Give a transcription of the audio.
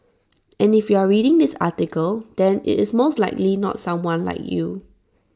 and if you are reading this article then IT is most likely not someone like you